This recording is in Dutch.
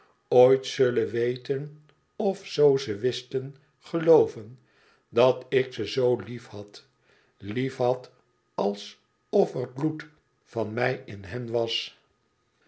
ooit zullen weten of zoo ze wisten gelooven dat ik ze zoo lief had lief had als of er bloed van mij in hen was